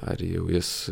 ar jau jis